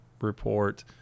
report